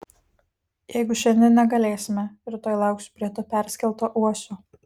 jeigu šiandien negalėsime rytoj lauksiu prie to perskelto uosio